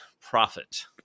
profit